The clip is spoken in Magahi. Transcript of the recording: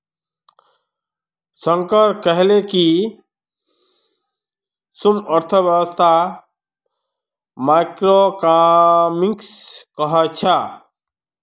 शंकर कहले कि सूक्ष्मअर्थशास्त्रक माइक्रोइकॉनॉमिक्सो कह छेक